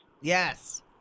Yes